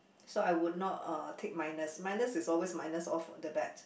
so I would not uh take minus minus is always minus off the bat